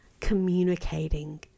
communicating